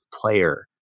player